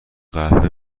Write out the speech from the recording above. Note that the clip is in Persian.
قهوه